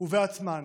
ביכולת